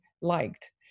liked